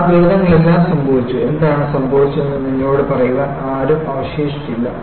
ആ ദുരന്തങ്ങളെല്ലാം സംഭവിച്ചു എന്താണ് സംഭവിച്ചതെന്ന് നിങ്ങളോട് പറയാൻ ആരും അവശേഷിച്ചില്ല